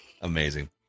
Amazing